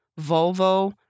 Volvo